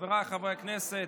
חבריי חברי הכנסת,